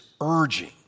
urging